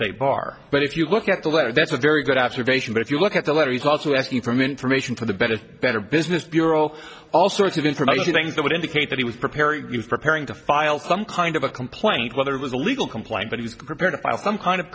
state bar but if you look at the letter that's a very good observation but if you look at the letter he's also asking from information for the better better business bureau all sorts of information things that would indicate that he was preparing preparing to file some kind of a complaint whether it was a legal complaint but he was prepared to file some kind of